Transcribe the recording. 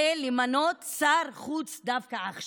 למנות שר חוץ דווקא עכשיו?